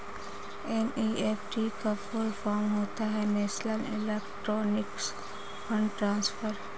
NEFT का full form होता है नेशनल इलेक्ट्रॉनिक्स फण्ड ट्रांसफर